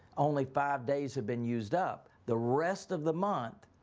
only five days had been used up the rest of the month.